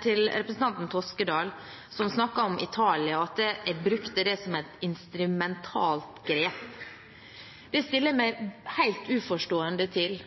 til representanten Toskedal, som snakket om Italia, og at jeg brukte det som et «instrumentelt grep». Det stiller jeg meg helt uforstående til.